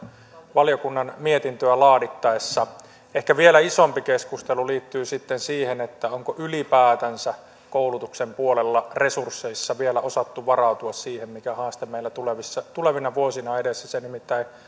valiokunnan mietintöä laadittaessa ehkä vielä isompi keskustelu liittyy sitten siihen onko ylipäätänsä koulutuksen puolella resursseissa vielä osattu varautua siihen mikä haaste meillä tulevina vuosina on edessä se nimittäin